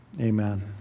amen